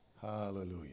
Hallelujah